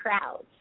crowds